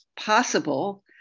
possible